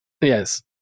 Yes